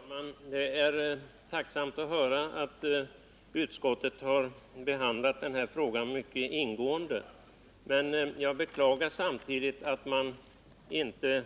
Herr talman! Det är tillfredsställande att höra att utskottet har behandlat den här frågan mycket ingående, men jag beklagar att man inte